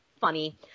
funny